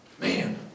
Man